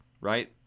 right